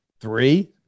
three